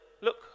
look